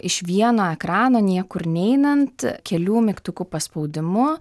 iš vieno ekrano niekur neinant kelių mygtukų paspaudimu